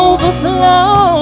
Overflow